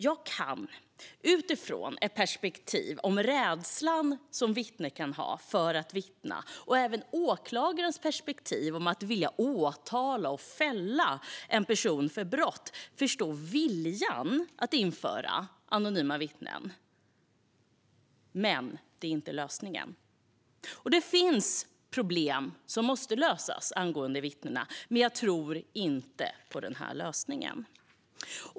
Jag kan utifrån perspektivet den rädsla som ett vittne kan ge uttryck för mot att vittna, och även åklagarens perspektiv om att vilja åtala och fälla en person för brott, förstå viljan att införa anonyma vittnen. Men det är inte lösningen. Det finns problem som måste lösas för dessa vittnen, men jag tror inte på den här lösningen.